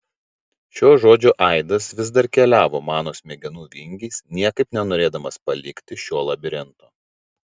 šio žodžio aidas vis dar keliavo mano smegenų vingiais niekaip nenorėdamas palikti šio labirinto